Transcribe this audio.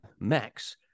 max